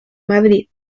madrid